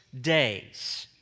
days